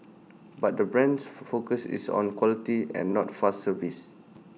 but the brand's focus is on quality and not fast service